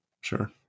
Sure